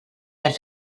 perd